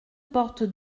porte